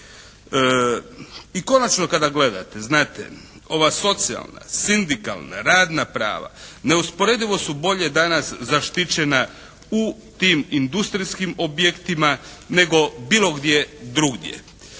I konačno kada gledate, znate, ova socijalna, sindikalna, radna prava neusporedivo su bolje danas zaštićena u tim industrijskim objektima nego bilo gdje drugdje.